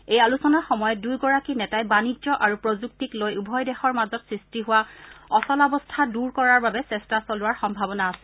এই আলোচনাৰ সময়ত দুয়োগৰাকী নেতাই বাণিজ্য আৰু প্ৰযুক্তিক লৈ উভয় দেশৰ মাজত সৃষ্টি হোৱা অচলাৱস্থা দূৰ কৰাৰ বাবে চেষ্টা চলোৱাৰ সম্ভাৱনা আছে